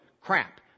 crap